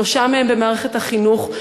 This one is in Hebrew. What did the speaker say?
שלושה מהם במערכת החינוך,